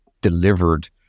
delivered